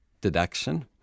deduction